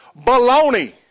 Baloney